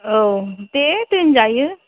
औ दे दोनजायो